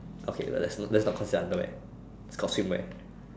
okay well that's not considered underwear its called swimwear